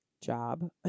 job